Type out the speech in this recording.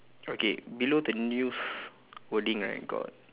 okay below the news wording right got